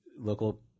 local